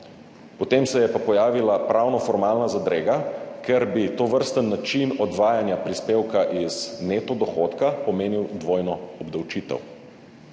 potem se je pa pojavila pravno formalna zadrega, ker bi tovrsten način odvajanja prispevka iz neto dohodka pomenil dvojno obdavčitev.